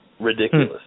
ridiculous